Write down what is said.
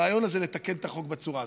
הרעיון הזה לתקן את החוק בצורה הזאת.